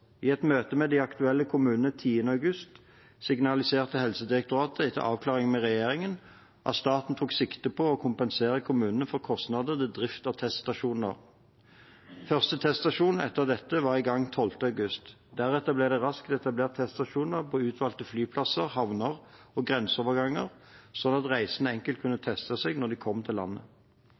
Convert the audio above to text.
I et møte med de aktuelle kommunene 10. august signaliserte Helsedirektoratet, etter avklaring med regjeringen, at staten tok sikte på å kompensere kommunene for kostnader til drift at teststasjoner. Første teststasjon etter dette var i gang 12. august. Deretter ble det raskt etablert teststasjoner på utvalgte flyplasser, havner og grenseoverganger, slik at reisende enkelt kunne teste seg når de kom til landet.